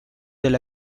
del